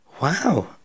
wow